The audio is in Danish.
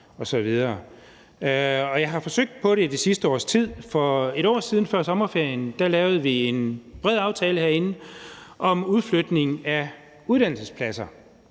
Jeg har forsøgt på det i det sidste års tid. For et år siden, før sommerferien, lavede vi en bred aftale herinde om udflytningen af uddannelsespladser.